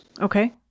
Okay